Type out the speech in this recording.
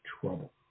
trouble